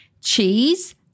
Cheese